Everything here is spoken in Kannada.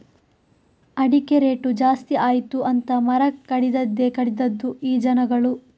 ಅಡಿಕೆ ರೇಟು ಜಾಸ್ತಿ ಆಯಿತು ಅಂತ ಮರ ಕಡಿದದ್ದೇ ಕಡಿದದ್ದು ಈ ಜನಗಳು